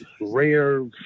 rare